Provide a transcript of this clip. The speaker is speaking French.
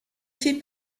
fait